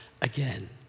again